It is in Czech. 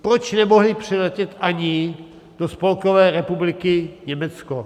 Proč nemohli přiletět ani do Spolkové republiky Německo?